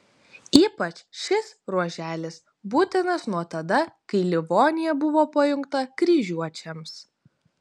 ypač šis ruoželis būtinas nuo tada kai livonija buvo pajungta kryžiuočiams